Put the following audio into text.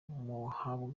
ingengo